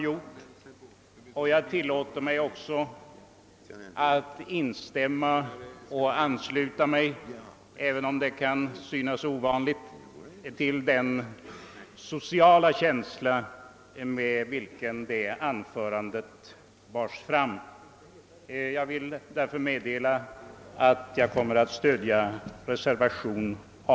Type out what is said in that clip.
Jag ansluter mig också till den sociala känsla, som bar upp hennes anförande. Jag vill nu endast meddela att jag kommer att stödja reservation I.